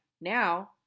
Now